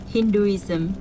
Hinduism